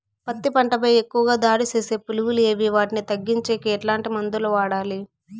పత్తి పంట పై ఎక్కువగా దాడి సేసే పులుగులు ఏవి వాటిని తగ్గించేకి ఎట్లాంటి మందులు వాడాలి?